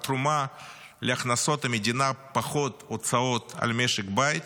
התרומה להכנסות המדינה פחות הוצאות על משק בית